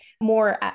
more